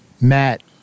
Matt